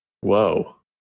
Whoa